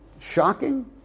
shocking